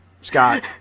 Scott